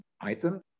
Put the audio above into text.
item